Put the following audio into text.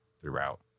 throughout